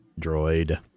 Droid